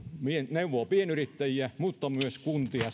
neuvoo pienyrittäjiä mutta myös kuntia